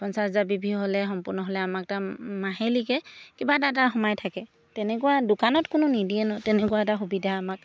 পঞ্চাছ হজাৰ বি ভি হ'লে সম্পূৰ্ণ হ'লে আমাক এটা মাহিলিকৈ কিবা এটা এটা সোমাই থাকে তেনেকুৱা দোকানত কোনেও নিদিয়ে ন তেনেকুৱা এটা সুবিধা আমাক